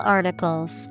Articles